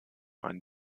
einen